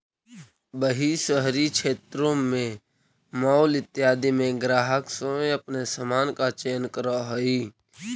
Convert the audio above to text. वहीं शहरी क्षेत्रों में मॉल इत्यादि में ग्राहक स्वयं अपने सामान का चयन करअ हई